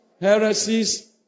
heresies